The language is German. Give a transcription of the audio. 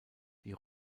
die